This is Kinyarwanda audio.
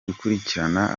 gukurikirana